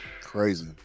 Crazy